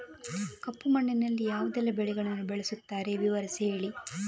ಕಪ್ಪು ಮಣ್ಣಿನಲ್ಲಿ ಯಾವುದೆಲ್ಲ ಬೆಳೆಗಳನ್ನು ಬೆಳೆಸುತ್ತಾರೆ ವಿವರಿಸಿ ಹೇಳಿ